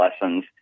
lessons